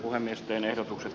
puhemiesten ehdotukset